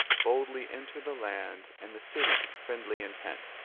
boldly enter the land and the city with friendly intent.